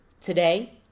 Today